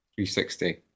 360